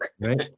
Right